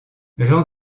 jean